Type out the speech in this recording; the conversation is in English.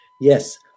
Yes